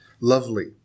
Lovely